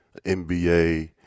NBA